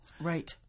Right